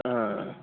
आं